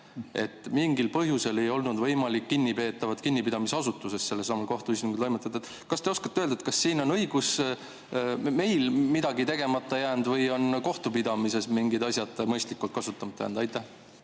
Mingil põhjusel ei olnud võimalik kinnipeetavat kinnipidamisasutuses sellelesamale kohtuistungile toimetada. Kas te oskate öelda, kas siin on meil midagi tegemata jäänud või on kohtupidamises mingid asjad mõistlikult kasutamata jäänud? Ma